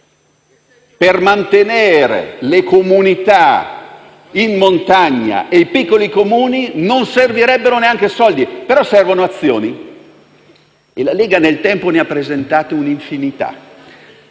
per mantenere le comunità in montagna e i piccoli Comuni, non servirebbero neanche soldi, ma servono azioni. E la Lega nel tempo ha presentato un'infinità